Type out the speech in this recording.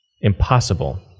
impossible